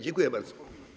Dziękuję bardzo.